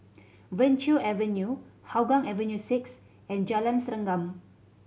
Venture Avenue Hougang Avenue Six and Jalan Serengam